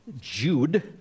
Jude